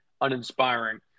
uninspiring